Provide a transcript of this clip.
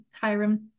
Hiram